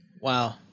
Wow